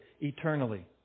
eternally